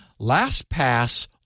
LastPass